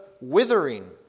withering